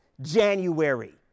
January